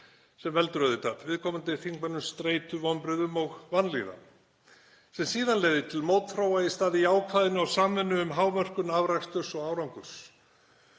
sem veldur auðvitað viðkomandi þingmönnum streitu, vonbrigðum og vanlíðan sem síðan leiðir til mótþróa í stað jákvæðni og samvinnu um hámörkun afraksturs og árangurs.